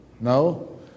No